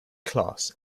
class